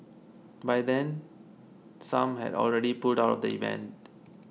by then some had already pulled out of the event